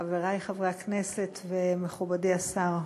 חברי חברי הכנסת, מכובדי השר,